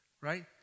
Right